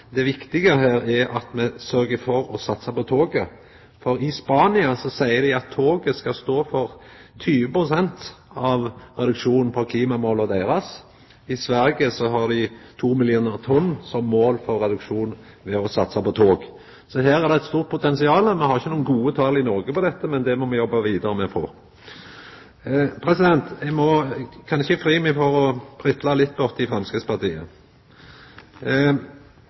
toget skal stå for 20 pst. av reduksjonen når det gjeld klimamåla deira. I Sverige har dei 2 millionar tonn som mål for reduksjon ved å satsa på tog. Så her er det eit stort potensial. Me har ikkje nokon gode tal i Noreg på dette, men det må me jobba vidare med å få. Eg kan ikkje fri meg for å pitla litt bortpå Framstegspartiet: